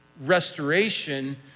restoration